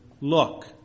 Look